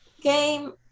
game